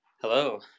Hello